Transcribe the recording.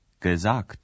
gesagt